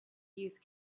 use